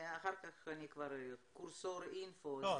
אחר כך יש את קורסור אינפו --- לא,